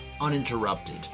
uninterrupted